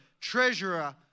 treasurer